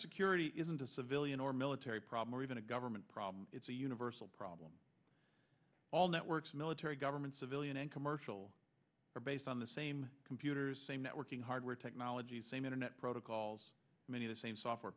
security isn't a civilian or military problem or even a government problem it's a universal problem all networks military government civilian and commercial are based on the same computers same networking hardware technology same internet protocols many the same software